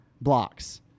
blocks